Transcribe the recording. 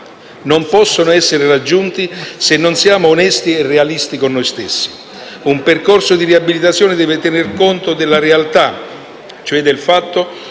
non possono essere raggiunti se non siamo onesti e realisti con noi stessi. Un percorso di riabilitazione deve tenere conto della realtà, cioè del fatto